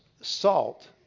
salt